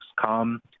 come